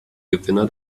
gewinner